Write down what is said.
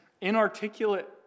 inarticulate